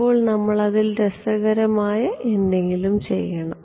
ഇപ്പോൾ നമ്മൾ അതിൽ രസകരമായ എന്തെങ്കിലും ചെയ്യണം